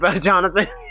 Jonathan